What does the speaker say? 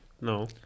No